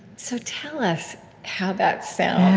so tell us how that sounds.